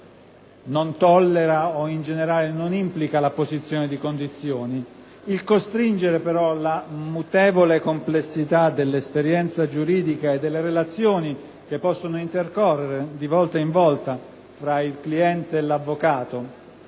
non tollera o, in generale, non implica la posizione di condizioni. Il costringere, però, la mutevole complessità dell'esperienza giuridica e delle relazioni che possono intercorrere, di volta in volta, tra il cliente e l'avvocato